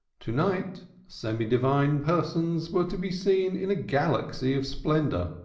to-night, semi-divine persons were to be seen in a galaxy of splendor,